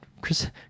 Chris